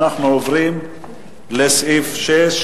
אנחנו עוברים לסעיף 6,